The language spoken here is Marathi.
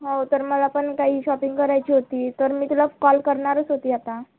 हो तर मला पण काही शॉपिंग करायची होती तर मी तुला कॉल करणारच होती आता